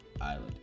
Island